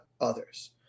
others